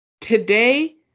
Today